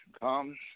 comes